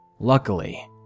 Luckily